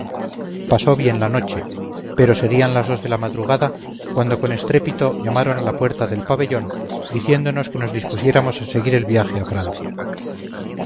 pasó bien la noche pero serían las dos de la madrugada cuando con estrépito llamaron a la puerta del pabellón diciéndonos que nos dispusiéramos a seguir el viaje a francia